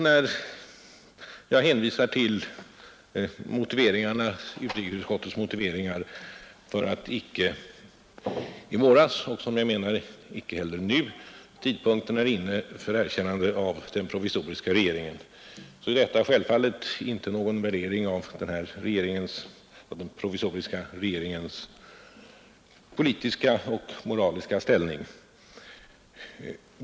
När jag hänvisar till utrikesutskottets motiveringar för att tidpunkten i våras icke var inne — liksom jag anser att den icke heller nu är det — att erkänna den provisoriska regeringen, innebär det självfallet inte någon värdering av den provisoriska regeringens politiska och moraliska ställning.